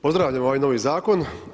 Pozdravljam ovaj novi zakon.